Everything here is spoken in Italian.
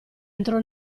entrò